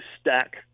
stack